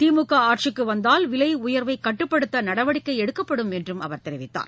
திமுக ஆட்சிக்கு வந்தால் விலை உயர்வை கட்டுப்படுத்த நடவடிக்கை எடுக்கப்படும் எள அவர் தெரிவித்தார்